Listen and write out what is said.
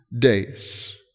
days